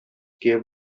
gave